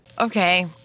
Okay